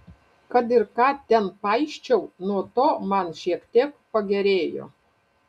kad ir ką ten paisčiau nuo to man šiek tiek pagerėjo